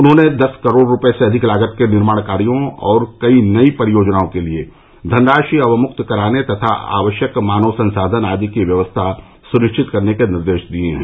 उन्होंने दस करोड़ रूपये से अधिक लागत के निर्माण कार्या और कई नई परियोजनाओं के लिए धनराशि अवमुक्त कराने तथा आवश्यक मानव संसाधान आदि की व्यवस्था सुनिश्चित करने के निर्देश दिए हैं